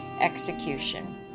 execution